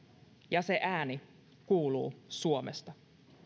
ja se ääni kuuluu suomesta